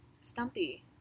Stumpy